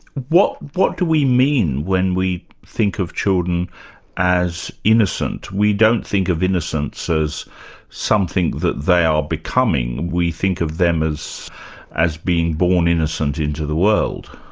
what what do we mean when we think of children as innocent. we don't think of innocence as something that they are becoming, we think of them as as being born innocent into the world.